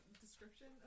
description